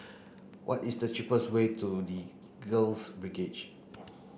what is the cheapest way to The Girls